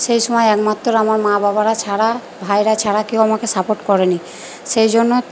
সেই সময় একমাত্র আমার মা বাবারা ছাড়া ভাইয়েরা ছাড়া কেউ আমাকে সাপোর্ট করে নি সেই জন্য